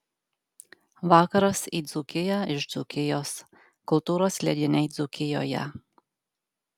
vakaras į dzūkiją iš dzūkijos kultūros leidiniai dzūkijoje